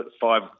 five